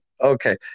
okay